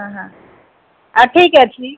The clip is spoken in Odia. ହଁ ହଁ ଆଉ ଠିକ ଅଛି